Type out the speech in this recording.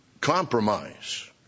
compromise